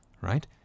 right